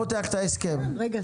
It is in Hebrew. כן.